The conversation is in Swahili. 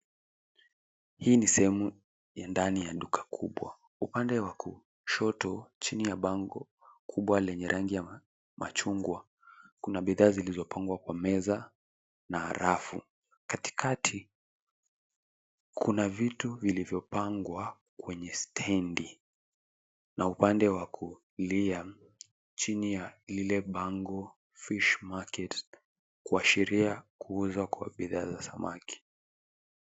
Hii ni sehemu ya ndani ya duka kubwa. Upande wa kushoto chini ya bango kubwa lenye rangi ya machungwa, kuna bidhaa zilizopangwa kwa meza na rafu. Katikati, kuna vitu vilivyopangwa kwenye stendi na upande wa kulia chini ya lile bango fish market kuashiria kuuzwa kwa bidhaa za samaki.